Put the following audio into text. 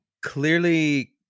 Clearly